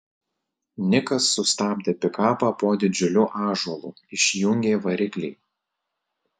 nikas sustabdė pikapą po didžiuliu ąžuolu išjungė variklį